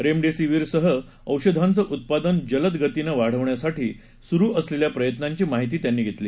रेमडेसिवीरसह औषधांचं उत्पादन जलदगतीनं वाढवण्यासाठी सुरु असलेल्या प्रयत्नांची माहिती त्यांनी घेतली